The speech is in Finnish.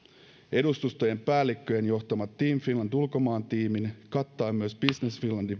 edustustojen päällikköjen johtama team finland ulkomaantiimi kattaen myös business finlandin